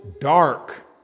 dark